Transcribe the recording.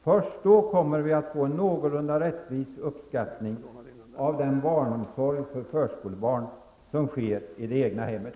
Först då kommer vi att få en någorlunda rättvis uppskattning av den barnomsorg för förskolebarn som sker i det egna hemmet.